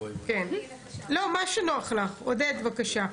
עודד, בבקשה.